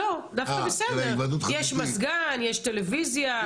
דווקא בסדר: יש מזגן, יש טלוויזיה.